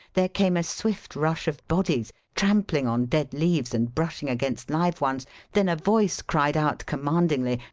there came a swift rush of bodies trampling on dead leaves and brushing against live ones then a voice cried out commandingly,